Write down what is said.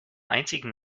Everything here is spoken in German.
einzigen